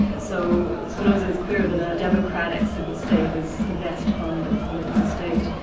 so spinoza's clear that a democratic civil state is the best kind of political state,